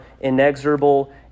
inexorable